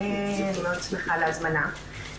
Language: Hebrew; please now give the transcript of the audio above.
אני מאוד שמחה על ההזמנה.